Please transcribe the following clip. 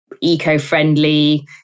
eco-friendly